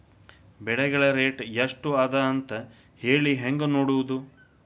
ಬೆಳೆಗಳ ರೇಟ್ ಎಷ್ಟ ಅದ ಅಂತ ಹೇಳಿ ಹೆಂಗ್ ನೋಡುವುದು?